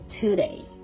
today